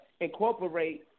incorporate